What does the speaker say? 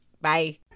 Bye